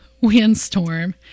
windstorm